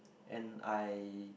and I